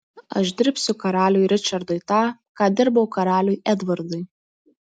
aš dirbsiu karaliui ričardui tą ką dirbau karaliui edvardui